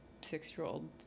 six-year-old